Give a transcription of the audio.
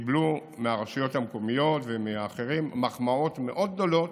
קיבלו מהרשויות המקומיות ומאחרים מחמאות מאוד גדולות